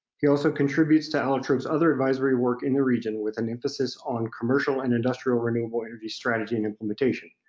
he also contributes to allotrope's other advisory work in the region with an emphasis on commercial and industrial renewable energy strategy and implementation.